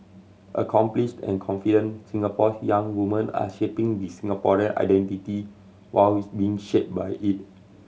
accomplished and confident Singapore's young woman are shaping the Singaporean identity while being shaped by it